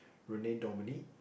Renee-Dominique